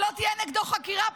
שלא תהיה נגדו חקירה פלילית.